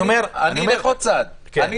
אני אומר -- אני אלך עוד צעד קדימה, בסדר?